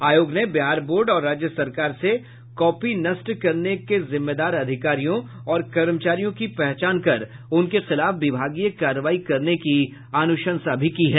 आयोग ने बिहार बोर्ड और राज्य सरकार से कॉपी नष्ट करने के जिम्मेदार अधिकारियों और कर्मचारियों की पहचान कर उनके खिलाफ विभागीय कार्रवाई करने की अनुशंसा भी की है